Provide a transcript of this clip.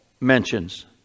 mentions